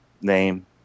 name